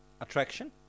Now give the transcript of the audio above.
Attraction